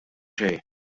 xejn